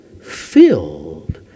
filled